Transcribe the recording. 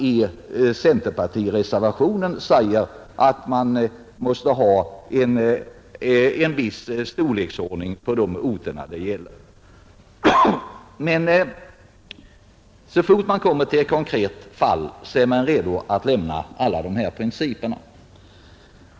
I centerpartireservationen säger man också att man måste ha en viss storleksordning på de orter det gäller. Men så fort man kommer till ett konkret fall är man redo att lämna dessa principer.